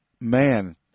Man